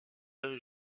œufs